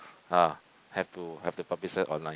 ah have to have to publicize online